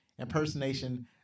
impersonation